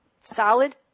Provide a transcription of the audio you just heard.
solid